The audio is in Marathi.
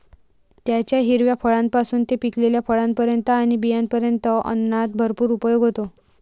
त्याच्या हिरव्या फळांपासून ते पिकलेल्या फळांपर्यंत आणि बियांपर्यंत अन्नात भरपूर उपयोग होतो